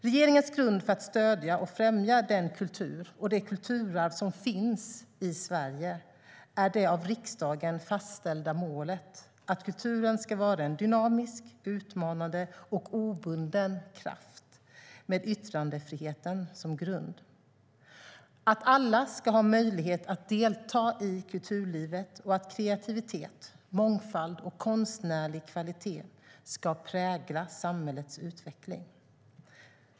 Regeringens grund för att stödja och främja den kultur och det kulturarv som finns i Sverige är det av riksdagen fastställda målet att kulturen ska vara en dynamisk, utmanande och obunden kraft med yttrandefriheten som grund och att alla ska ha möjlighet att delta i kulturlivet och att kreativitet, mångfald och konstnärlig kvalitet ska prägla samhällets utveckling.